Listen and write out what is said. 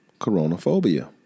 coronaphobia